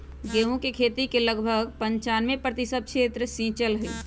गेहूं के खेती के लगभग पंचानवे प्रतिशत क्षेत्र सींचल हई